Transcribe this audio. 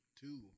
two